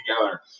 together